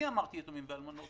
אני אמרתי יתומים ואלמנות.